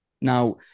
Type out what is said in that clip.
Now